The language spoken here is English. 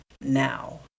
now